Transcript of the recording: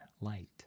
light